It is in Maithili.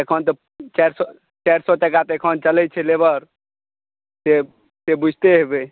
अखन तऽ चारि सए चारि सए टका अखन तऽ चलैत छै लेबर से से बुझिते होयबै